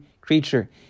creature